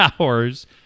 hours